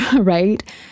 right